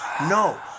No